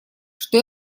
что